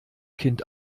kind